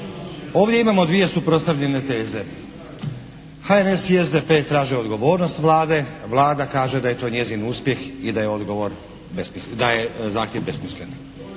Ovdje imamo dvije suprotstavljene teze. HNS i SDP traže odgovornost Vlade. Vlada kaže da je to njezin uspjeh i da je odgovor, zahtjev besmislen.